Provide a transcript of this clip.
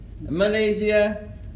Malaysia